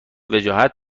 وجاهت